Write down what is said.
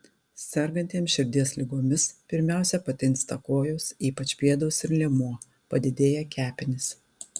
sergantiems širdies ligomis pirmiausia patinsta kojos ypač pėdos ir liemuo padidėja kepenys